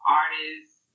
artists